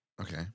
Okay